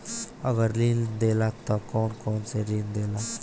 अगर ऋण देला त कौन कौन से ऋण देला?